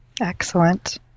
Excellent